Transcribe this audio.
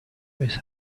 his